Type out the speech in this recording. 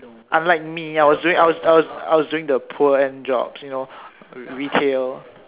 unlike me I was doing I was I was doing the poor end jobs you know retail